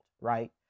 right